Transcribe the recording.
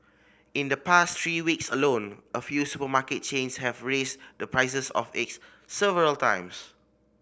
in the past three weeks alone a few supermarket chains have raised the prices of eggs several times